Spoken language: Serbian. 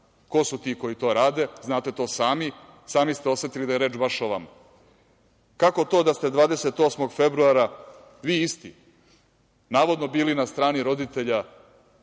ko su ti koji to rade, znato to sami, sami ste osetili da je reč baš o vama. Kako to da ste 28. februara vi isti navodno bili na strani roditelja